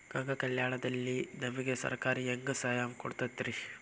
ಗಂಗಾ ಕಲ್ಯಾಣ ದಲ್ಲಿ ನಮಗೆ ಸರಕಾರ ಹೆಂಗ್ ಸಹಾಯ ಕೊಡುತೈತ್ರಿ?